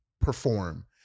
perform